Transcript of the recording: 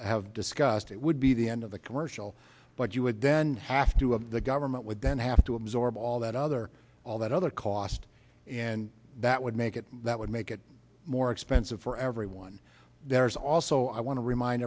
have discussed it would be the end of the commercial but you would then have to have the government would then have to absorb all that other all that other cost and that would make it that would make it more expensive for everyone there is also i want to remind